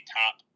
top